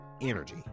energy